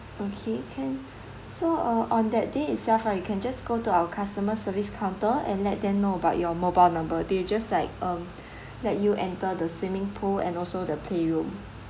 okay can so uh on that day itself right you can just go to our customer service counter and let them know about your mobile number they'll just like um let you enter the swimming pool and also the playroom